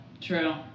True